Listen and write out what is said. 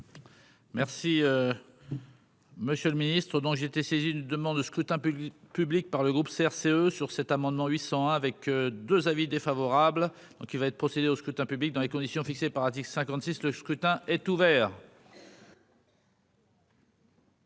Merci monsieur le ministre. Faut donc j'ai été saisi d'une demande de scrutin public par le groupe CRCE sur cet amendement 800 avec 2 avis défavorables, donc il va être procédé au scrutin public dans les conditions fixées par indique cinquante-six le scrutin est ouvert.